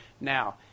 now